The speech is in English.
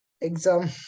exam